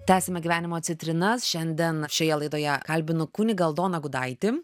tęsiame gyvenimo citrinas šiandien šioje laidoje kalbinu kunigą aldoną gudaitį